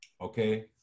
okay